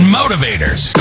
motivators